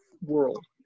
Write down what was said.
world